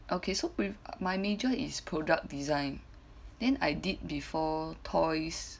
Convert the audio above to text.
okay so prev~ my major is product design then I did before toys